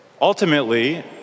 Ultimately